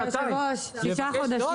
היושב ראש, שישה חודשים.